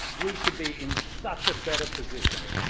we should be in such a better position,